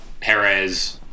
Perez